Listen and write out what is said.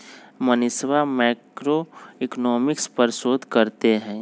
मनीषवा मैक्रोइकॉनॉमिक्स पर शोध करते हई